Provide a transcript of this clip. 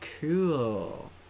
cool